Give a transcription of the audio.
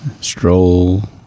Stroll